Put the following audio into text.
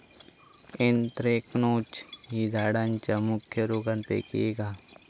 anthracnose ही झाडांच्या मुख्य रोगांपैकी एक हा